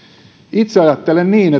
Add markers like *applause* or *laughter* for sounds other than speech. itse ajattelen niin *unintelligible*